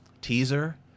teaser